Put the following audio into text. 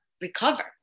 recover